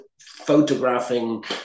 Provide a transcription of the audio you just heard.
photographing